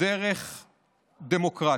דרך דמוקרטית.